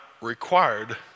required